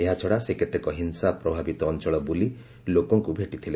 ଏହାଛଡ଼ା ସେ କେତେକ ହିଂସା ପ୍ରଭାବିତ ଅଞ୍ଚଳ ବୁଲି ଦେଖି ଲୋକଙ୍କୁ ଭେଟିଥିଲେ